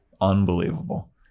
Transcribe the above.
unbelievable